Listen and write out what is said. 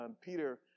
Peter